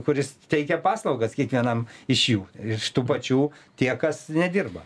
kuris teikia paslaugas kiekvienam iš jų iš tų pačių tie kas nedirba